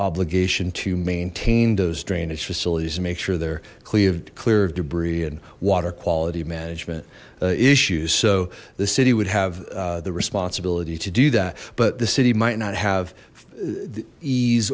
obligation to maintain those drainage facilities to make sure they're cleaved clear of debris and water quality management issues so the city would have the responsibility to do that but the city might not have the ease